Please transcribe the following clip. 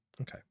Okay